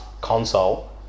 console